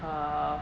err